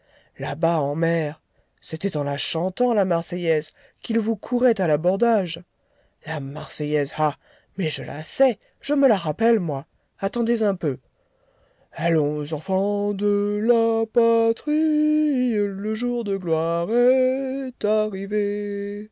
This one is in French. là-bas en mer c'était en la chantant la marseillaise qu'ils vous couraient à l'abordage la marseillaise ah mais je la sais je me la rappelle moi attendez un peu allons enfants de la patrie le jour de gloire est arrivé